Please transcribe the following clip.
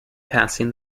passing